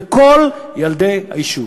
לכל ילדי היישוב,